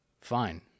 fine